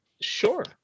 sure